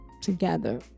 together